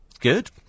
Good